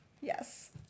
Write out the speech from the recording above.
yes